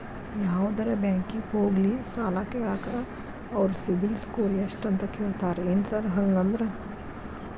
ಯಾವದರಾ ಬ್ಯಾಂಕಿಗೆ ಹೋಗ್ಲಿ ಸಾಲ ಕೇಳಾಕ ಅವ್ರ್ ಸಿಬಿಲ್ ಸ್ಕೋರ್ ಎಷ್ಟ ಅಂತಾ ಕೇಳ್ತಾರ ಏನ್ ಸಾರ್ ಹಂಗಂದ್ರ?